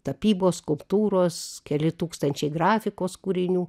tapybos skulptūros keli tūkstančiai grafikos kūrinių